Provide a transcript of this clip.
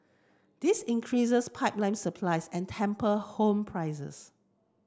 this increases pipeline supply and taper home prices